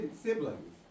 siblings